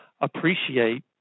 appreciate